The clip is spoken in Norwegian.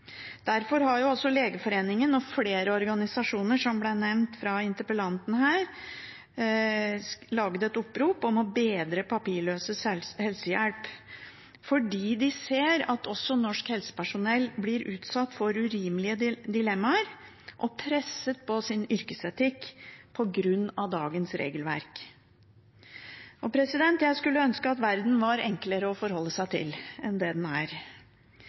Derfor har Legeforeningen og flere organisasjoner som ble nevnt av interpellanten, laget et opprop om å bedre papirløses helsehjelp. Det er fordi de ser at også norsk helsepersonell blir utsatt for urimelige dilemmaer og blir presset i sin yrkesetikk på grunn av dagens regelverk. Jeg skulle ønske at verden var enklere å forholde seg til enn det den er. Det er veldig lett å peke på rett og galt når man er